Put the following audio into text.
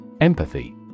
Empathy